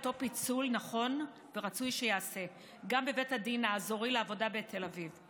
אותו פיצול נכון ורצוי שייעשה גם בבית הדין האזורי לעבודה בתל אביב.